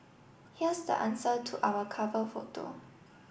here's the answer to our cover photo